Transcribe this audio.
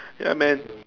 ya man